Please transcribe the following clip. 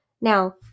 Now